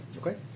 Okay